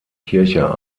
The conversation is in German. kircher